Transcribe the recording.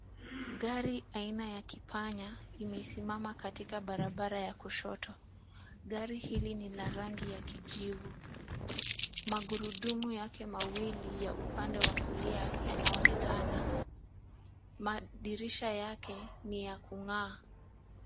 Gari aina ya kipanya imesimama katika barabara ya kushoto. Gari hili ni la rangi ya kijivu. Magurudumu yake mawili ya upande wa kulia yanaonekana. Madirisha yake ni ya kung'aa.